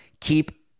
Keep